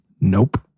Nope